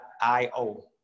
I-O